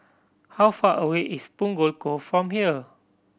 how far away is Punggol Cove from here